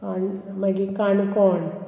आनी मागीर काणकोण